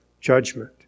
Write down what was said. judgment